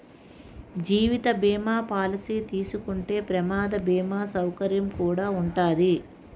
జీవిత బీమా పాలసీ తీసుకుంటే ప్రమాద బీమా సౌకర్యం కుడా ఉంటాది